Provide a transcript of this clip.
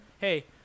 Hey